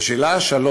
לשאלה 3,